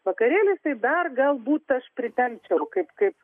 vakarėlis dar galbūt aš pritempčiau kaip kaip